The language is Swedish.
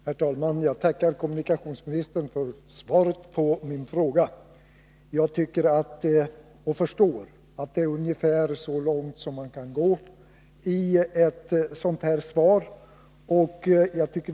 Herr talman! Jag tackar kommunikationsministern för svaret på min fråga. Jag förstår att kommunikationsministern har gått ungefär så långt som man kan gå i ett svar av det här slaget.